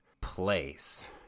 place